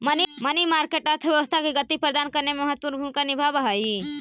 money market अर्थव्यवस्था के गति प्रदान करे में महत्वपूर्ण भूमिका निभावऽ हई